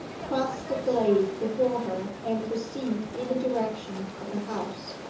cross the glade before her and proceed in the direction of the house.